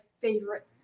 favorite